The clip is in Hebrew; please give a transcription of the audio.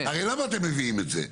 הרי למה אתם מביאים את זה?